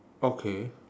okay